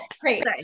Great